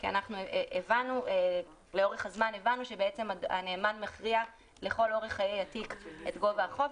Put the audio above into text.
כי לאורך הזמן הבנו שהנאמן מכריע לכל אורך חיי התיק את גובה החוב,